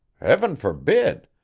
heaven forbid!